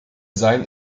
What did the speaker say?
seien